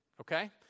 okay